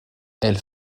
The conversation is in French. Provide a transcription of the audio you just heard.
elle